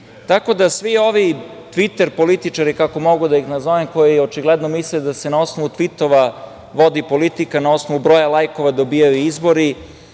puniti. Svi ovi „Tviter“ političari, kako mogu da ih nazovem, koji očigledno misle da se na osnovu tvitova vodi politika, na osnovu broja lajkova dobijaju izbori,